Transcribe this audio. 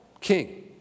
king